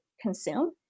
consume